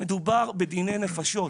מדובר בדיני נפשות.